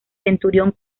centurión